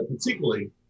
particularly